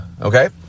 Okay